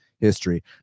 history